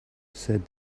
said